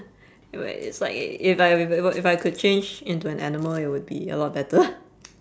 well it's like if I we~ it we~ if I could change into an animal it would be a lot better